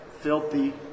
Filthy